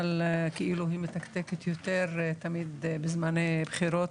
אבל כאילו היא מתקתקת יותר תמיד בזמן בחירות.